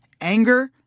anger